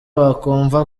wakumva